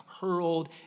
hurled